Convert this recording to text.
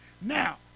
Now